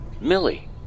Millie